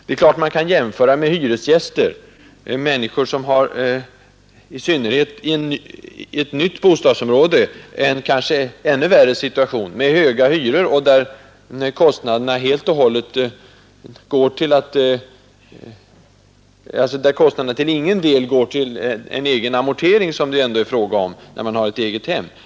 Det är klart att man kan jämföra med hyresgäster, människor som, i synnerhet i ett nytt bostadsområde, har en kanske ännu värre situation med höga hyror, där kostnaderna till ingen del går till en egen amortering, som det ändå är fråga om när man har ett egethem.